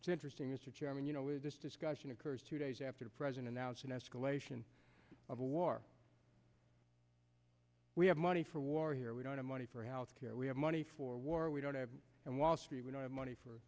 it's interesting mr chairman you know where this discussion occurs two days after president announce an escalation of a war we have money for war here we don't have money for health care we have money for war we don't have and wall street we don't have money for